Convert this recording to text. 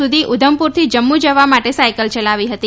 સુધી ઉધમપુરથી જમ્મુ જવા માટે સાયકલ યલાવી હતી